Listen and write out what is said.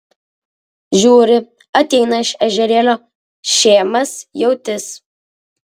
žiūri ateina iš ežerėlio šėmas jautis